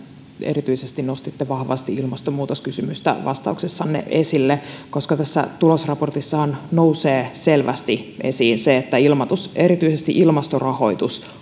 erityisesti nostitte vahvasti ilmastonmuutoskysymystä vastauksessanne esille koska tässä tulosraportissahan nousee selvästi esiin se että erityisesti ilmastorahoitus